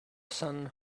sun